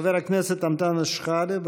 חבר הכנסת אנטאנס שחאדה,